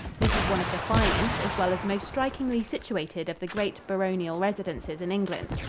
this is one of the finest as well as most strikingly situated of the great baronial residences in england.